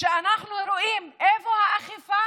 כשאנחנו רואים איפה